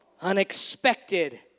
Unexpected